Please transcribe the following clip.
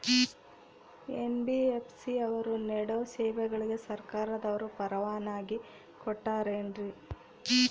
NBFC ಅವರು ನೇಡೋ ಸೇವೆಗಳಿಗೆ ಸರ್ಕಾರದವರು ಪರವಾನಗಿ ಕೊಟ್ಟಾರೇನ್ರಿ?